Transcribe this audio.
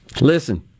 Listen